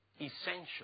essential